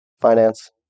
finance